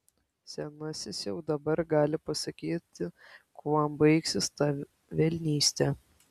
senasis jau dabar gali pasakyti kuom baigsis ta velnystė